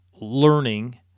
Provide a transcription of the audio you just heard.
learning